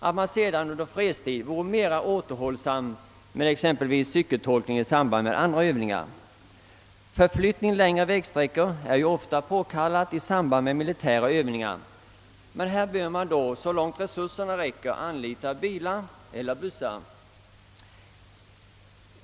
Därefter bör man vara mera återhållsam med exempelvis cykeltolkning i samband med andra Övningar, Förflyttning längre vägsträckor är ofta påkallad i samband med militära övningar, men man bör härvid så långt resurserna räcker anlita bilar eller bussar.